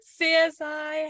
CSI